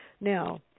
Now